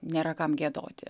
nėra kam giedoti